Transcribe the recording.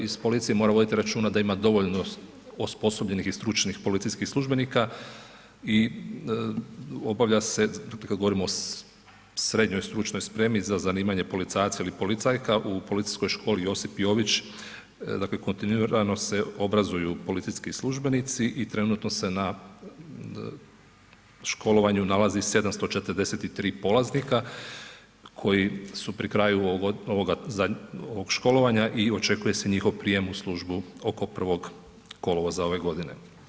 Iz policije moramo voditi računa da ima dovoljno osposobljenih i stručnih policijskih službenika i obavlja se, kad govorimo o SSS za zanimanje policajac ili policajka u Policijskoj školi Josip Jović, dakle kontinuirano se obrazuju policijski službenici i trenutno se na školovanju nalazi 743 polaznika koji su pri kraju ovoga školovanje i očekuje se njihov primjer u službu oko 1. kolovoza ove godine.